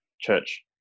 church